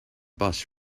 bus